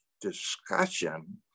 discussion